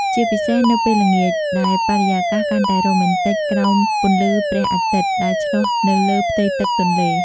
ជាពិសេសនៅពេលល្ងាច ដែលបរិយាកាសកាន់តែរ៉ូមែនទិកក្រោមពន្លឺព្រះអាទិត្យដែលឆ្លុះនៅលើផ្ទៃទឹកទន្លេ។